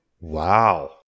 Wow